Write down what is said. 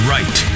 Right